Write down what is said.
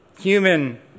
Human